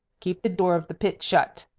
keep the door of the pit shut.